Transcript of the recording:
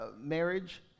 marriage